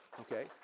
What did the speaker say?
Okay